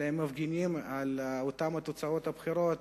אלא הם מפגינים על אותן תוצאות הבחירות